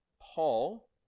Paul